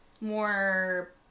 More